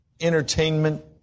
entertainment